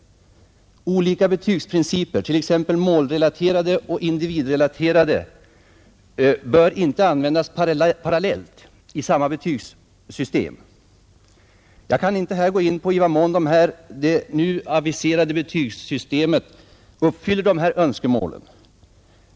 Olika betygsprinciper, t.ex. målrelaterade och individrelaterade, bör inte användas parallellt i samma betygssystem. Jag kan inte här gå in på i vad mån det nu aviserade betygssystemet uppfyller dessa önskemål.